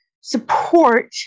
support